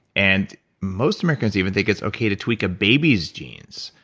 and most americans even think it's okay to tweak a baby's genes,